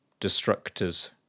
Destructors